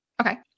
Okay